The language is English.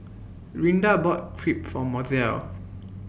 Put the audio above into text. Rinda bought Crepe For Mozell